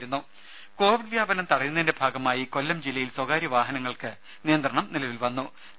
രുര കോവിഡ് വ്യാപനം തടയുന്നതിന്റെ ഭാഗമായി കൊല്ലം ജില്ലയിൽ സ്വകാര്യ വാഹനങ്ങൾക്ക് നിയന്ത്രണം നിലവിൽവരും